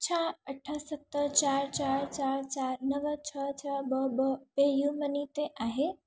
छा अठ सत चारि चारि चारि चारि नव छह छह ॿ ॿ पेयू मनी ते आहे